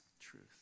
truth